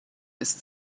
ist